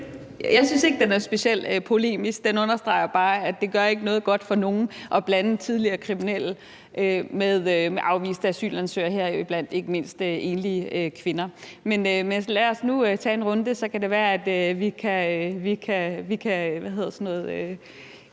Jeg synes ikke, den er specielt polemisk. Den understreger bare, at det ikke gør noget godt for nogen at blande tidligere kriminelle med afviste asylansøgere, heriblandt ikke mindst enlige kvinder. Men lad os nu tage en runde, og så kan det være, at vi kan